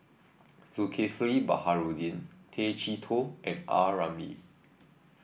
Zulkifli Baharudin Tay Chee Toh and A Ramli